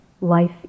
life